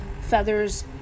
feathers